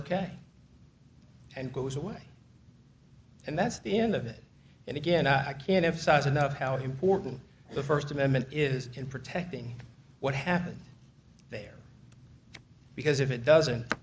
ok and goes away and that's the end of it and again i can't emphasize enough how important the first amendment is in protecting what happened there because if it doesn't